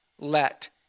let